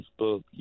Facebook